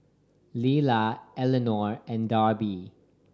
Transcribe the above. Lila Elinor and Darby